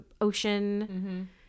ocean